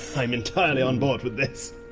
i'm entirely on board with this.